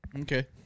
Okay